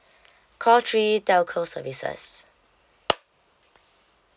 call three telco services